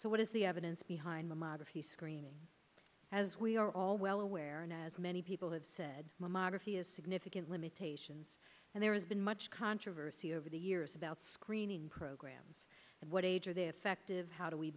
so what is the evidence behind mammography screening as we are all well aware and as many people have said mammography is significant limitations and there has been much controversy over the years about screening programs and what age are they effective how